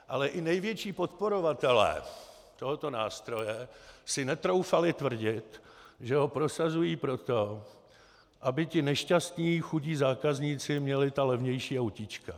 Ale i největší podporovatelé tohoto nástroje si netroufali tvrdit, že ho prosazují proto, aby ti nešťastní chudí zákazníci měli ta levnější autíčka.